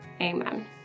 amen